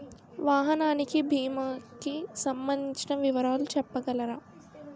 వాహనానికి భీమా కి సంబందించిన వివరాలు చెప్పగలరా?